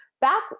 back